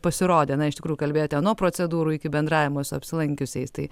pasirodė na iš tikrųjų kalbėjote nuo procedūrų iki bendravimo su apsilankiusiais tai